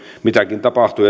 mitäkin tapahtuu